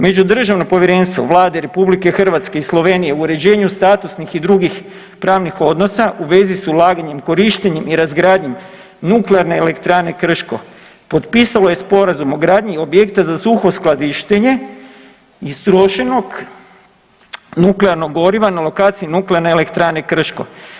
Međudržavno povjerenstvo Vlade Republike Hrvatske i Slovenije u uređenju statusnih i drugih pravnih odnosa u vezi s ulaganjem, korištenjem i razgradnjom Nuklearne elektrane Krško potpisalo je Sporazum o gradnji objekta za suho skladištenje istrošenog nuklearnog goriva na lokaciji Nuklearne elektrane Krško.